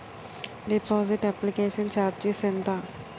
Deposit application charges ఎంత?